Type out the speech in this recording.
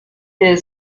der